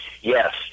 Yes